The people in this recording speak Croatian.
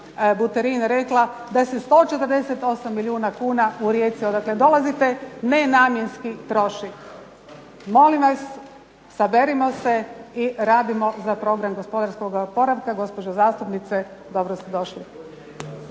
Buterin rekla, da se 148 milijuna kuna u Rijeci odakle dolazite nenamjenski troši. Molim vas, saberimo se i radimo za program gospodarskog oporavka. Gospođo zastupnice, dobro …/Ne